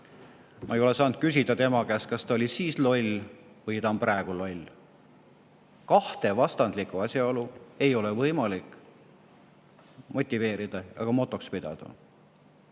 Ma ei ole saanud küsida tema käest, kas ta oli siis loll või ta on praegu loll. Kahte vastandlikku asjaolu ei ole võimalik motiveerida ega motoks pidada.